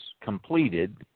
Completed